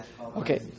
Okay